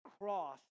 cross